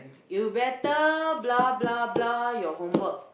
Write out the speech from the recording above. you better blah blah blah your homework